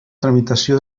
tramitació